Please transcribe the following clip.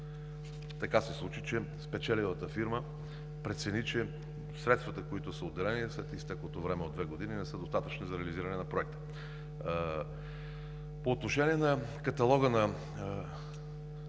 но се случи така, че спечелилата фирма прецени, че средствата, които са отделени след изтеклото време от две години, не са достатъчни за реализиране на проекта. По отношение на каталога на